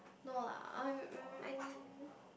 no ah I'm mm I mean